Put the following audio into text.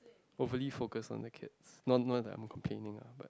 hopefully focus on the kids none not I'm planning lah